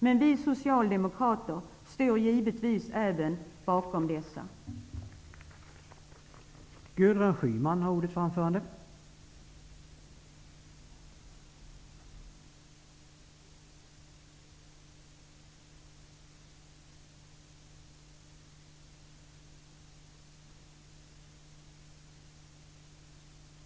Men vi socialdemokrater står givetvis även bakom dessa reservationer.